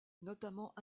notamment